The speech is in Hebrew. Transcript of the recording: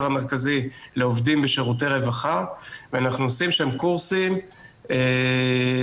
המרכזי לעובדים בשירותי רווחה ואנחנו עושים שם קורסים מיוחדים,